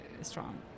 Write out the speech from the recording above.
strong